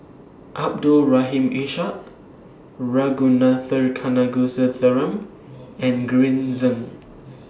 Abdul Rahim Ishak Ragunathar Kanagasuntheram and Green Zeng